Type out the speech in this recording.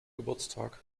geburtstag